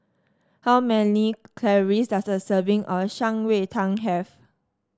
how many calories does a serving of Shan Rui Tang have